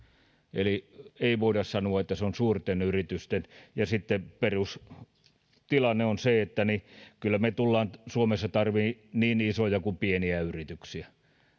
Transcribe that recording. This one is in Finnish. eli ei voida sanoa että se on suurten yritysten ja sitten perustilanne on se että kyllä me tulemme suomessa tarvitsemaan niin isoja kuin pieniä yrityksiä